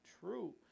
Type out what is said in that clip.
true